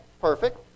perfect